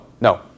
no